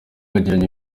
yagiranye